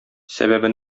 сәбәбе